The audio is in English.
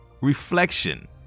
reflection